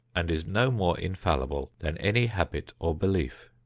and is no more infallible than any habit or belief.